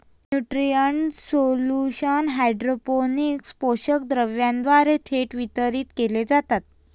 nutrient solution hydroponics पोषक द्रावणाद्वारे थेट वितरित केले जातात